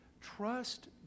Trust